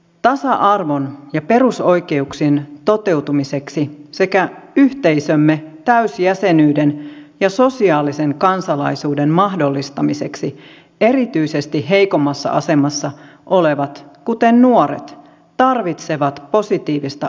tasa arvon ja perusoikeuksien toteutumiseksi sekä yhteisömme täysjäsenyyden ja sosiaalisen kansalaisuuden mahdollistamiseksi erityisesti heikommassa asemassa olevat kuten nuoret tarvitsevat positiivista erityiskohtelua